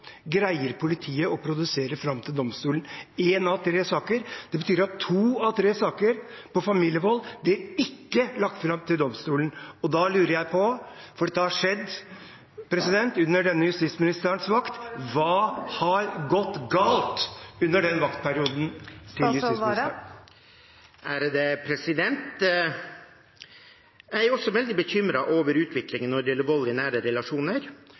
greier politiet å få fram til domstolen – én av tre saker. Det betyr at to av tre saker som gjelder familievold, ikke blir lagt fram for domstolen. Da lurer jeg på, for dette har skjedd under denne justisministerens vakt: Hva har gått galt under vaktperioden til justisministeren? Jeg er også veldig bekymret over utviklingen når det gjelder vold i nære relasjoner,